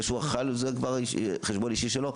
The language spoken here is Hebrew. זה שהוא אכל זה החשבון האישי שלו,